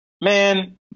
Man